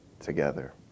together